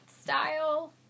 style